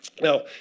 Now